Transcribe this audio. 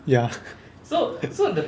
ya